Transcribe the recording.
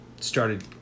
started